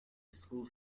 school